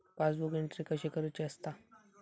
Passbook entry कशी करुची असता?